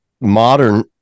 modern